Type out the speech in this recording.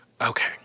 Okay